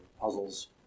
puzzles